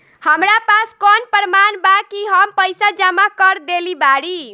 हमरा पास कौन प्रमाण बा कि हम पईसा जमा कर देली बारी?